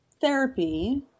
therapy